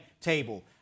table